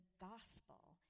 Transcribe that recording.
gospel